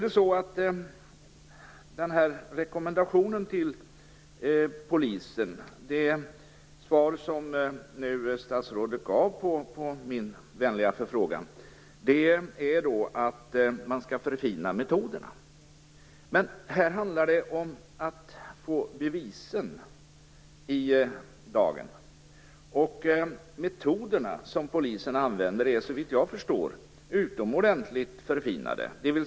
Det svar statsrådet gav på min vänliga förfrågan visade att rekommendationen till polisen är att man skall förfina metoderna. Men här handlar det om att få bevisen i dagen. Metoderna som polisen använder är såvitt jag förstår utomordentligt förfinade.